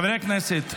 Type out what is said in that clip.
התשפ"ד 2024,